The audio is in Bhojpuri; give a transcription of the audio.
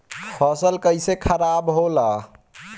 फसल कैसे खाराब होला?